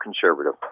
Conservative